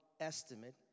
estimate